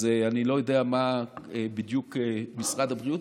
אז אני לא יודע מה בדיוק משרד הבריאות,